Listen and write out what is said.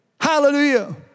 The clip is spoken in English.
Hallelujah